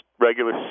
regular